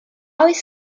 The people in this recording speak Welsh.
oes